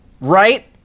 right